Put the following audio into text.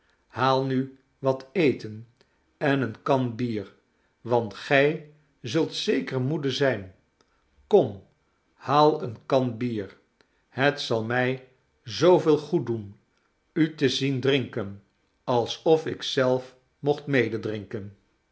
haal nu wat eten en eene kan bier want gij zult zeker moede zijn kom haal eene kan bier het zal mij zooveel goed doen u te zien drinken alsol ik zelf mocht